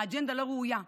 האג'נדה לא ראויה.